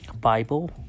Bible